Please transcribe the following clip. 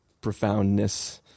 profoundness